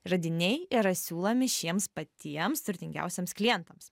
radiniai yra siūlomi šiems patiems turtingiausiems klientams